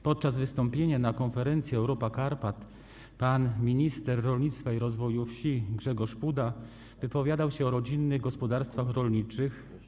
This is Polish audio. Podczas wystąpienia na konferencji Europa Karpat pan minister rolnictwa i rozwoju wsi Grzegorz Puda wypowiadał się o rodzinnych gospodarstwach rolniczych.